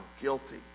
guilty